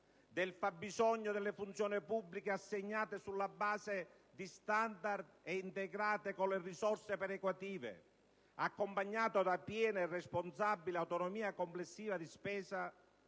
del fabbisogno delle funzioni pubbliche assegnate sulla base di standard e integrate con le risorse perequative, accompagnato da piena e responsabile autonomia complessiva di spesa